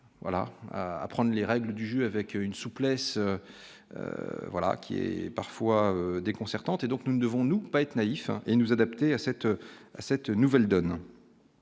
à prendre les règles du jeu avec une souplesse, voilà qui est parfois déconcertante et donc nous ne devons-nous pas être naïf et nous adapter à cette, à cette nouvelle donne.